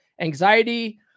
Anxiety